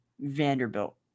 Vanderbilt